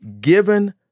given